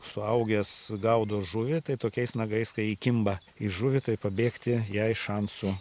suaugęs gaudo žuvį tai tokiais nagais kai įkimba į žuvį tai pabėgti jai šansų